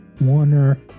Warner